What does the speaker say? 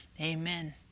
amen